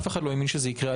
אף אחד לא האמין שזה יקרה.